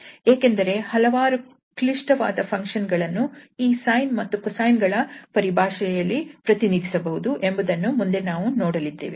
ಏಕೆಂದರೆ ಹಲವಾರು ಕ್ಲಿಷ್ಟವಾದ ಫಂಕ್ಷನ್ ಗಳನ್ನು ಈ sine ಮತ್ತು cosine ಗಳ ಪರಿಭಾಷೆಯಲ್ಲಿ ಪ್ರತಿನಿಧಿಸಬಹುದು ಎಂಬುದನ್ನು ಮುಂದೆ ನಾವು ನೋಡಲಿದ್ದೇವೆ